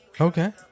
Okay